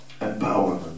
empowerment